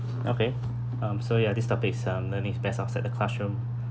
okay um so ya this topic is um learning is best outside the classroom